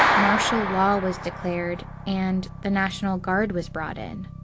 martial law was declared. and the national guard was brought in.